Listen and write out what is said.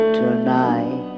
tonight